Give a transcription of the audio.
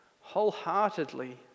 wholeheartedly